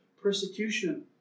persecution